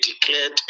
declared